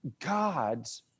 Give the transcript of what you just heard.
God's